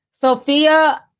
Sophia